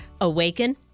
Awaken